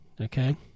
okay